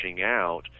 out